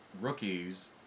rookies